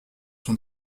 son